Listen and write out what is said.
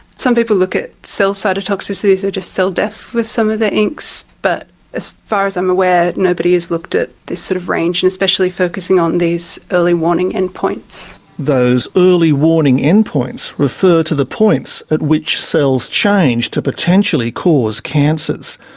some people look at cell cytotoxicity, so just cell death, with some of the inks but as far as i'm aware nobody has looked at this sort of range and especially focusing on these early warning endpoints. those early warning endpoints refer to the points at which cells change to potentially cause cancers.